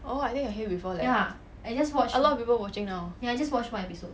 oh I think I hear before that a lot of people watching now